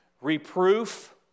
reproof